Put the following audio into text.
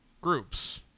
groups